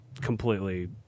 completely